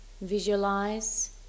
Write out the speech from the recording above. visualize